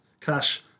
cash